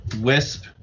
Wisp